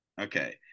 Okay